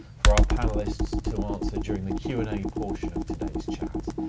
for our panelists to answer during the q and a portion of today's chat.